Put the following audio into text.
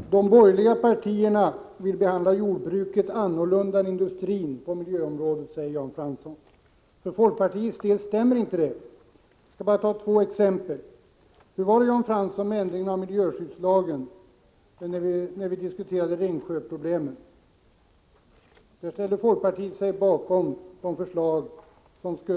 Herr talman! De borgerliga partierna vill på miljöområdet behandla jordbruket annorlunda än industrin, säger Jan Fransson. För folkpartiets del stämmer det inte. Jag skall bara ta två exempel. Hur var det, Jan Fransson, med ändringen av miljöskyddslagen, när vi diskuterade Ringsjöproblemen? Folkpartiet ställde sig då bakom dr srslag